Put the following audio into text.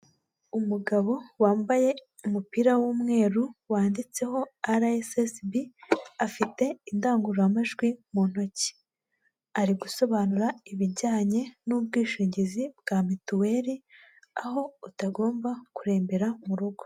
Umugabo wambaye umupira w'umweru wanditseho RSSB, afite indangururamajwi mu ntoki. Ari gusobanura ibijyanye n'ubwishingizi bwa mituweli, aho utagomba kurembera mu rugo.